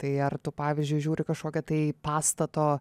tai ar tu pavyzdžiui žiūri kažkokią tai pastato